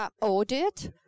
audit